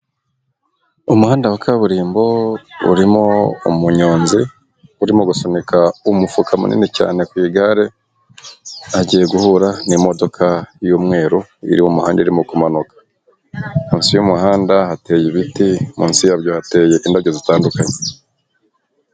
Umuhanda wa kaburimbo urimo umunyonzi urimo gusunika umufuka munini cyane ku igare, agiye guhura n'imodoka y'umweru iri muhanda irimo kumanuka, munsi y'umuhanda hateye ibiti, munsi yabyo hateye indabyo zitandukanye.